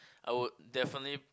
I would definitely